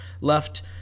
left